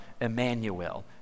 Emmanuel